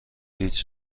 هیچ